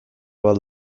bat